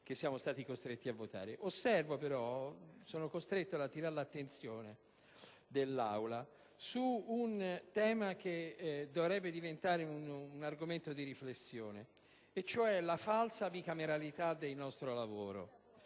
che siamo stati costretti a votare. Sono costretto però ad attirare l'attenzione dell'Aula su un tema che dovrebbe diventare argomento di riflessione e cioè la falsa bicameralità del nostro lavoro.